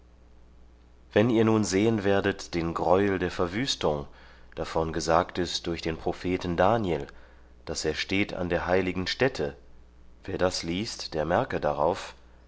wenn ihr nun sehen werdet den greuel der verwüstung davon gesagt ist durch den propheten daniel daß er steht an der heiligen stätte wer das liest der merke darauf